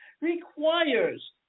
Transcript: requires